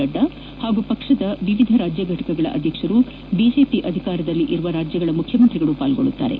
ನಡ್ಡಾ ಹಾಗೂ ಪಕ್ಷದ ವಿವಿಧ ರಾಜ್ಯ ಘಟಕಗಳ ಅಧ್ಯಕ್ಷರು ಬಿಜೆಪಿ ಅಧಿಕಾರದಲ್ಲಿರುವ ಮುಖ್ಯಮಂತ್ರಿಗಳು ಪಾಲ್ಗೊಳ್ಳಲಿದ್ದಾರೆ